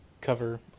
cover